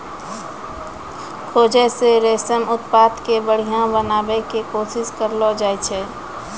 खोजो से रेशम उत्पादन के बढ़िया बनाबै के कोशिश करलो जाय छै